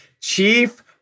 Chief